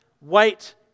wait